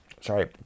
Sorry